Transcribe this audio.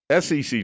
SEC